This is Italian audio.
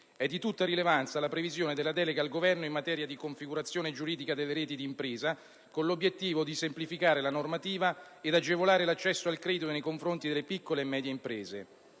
È di tutta rilevanza la previsione della delega al Governo in materia di configurazione giuridica delle reti d'impresa, con l'obiettivo di semplificare la normativa ed agevolare l'accesso al credito delle piccole e medie imprese.